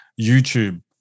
YouTube